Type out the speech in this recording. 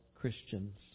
Christians